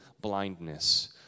blindness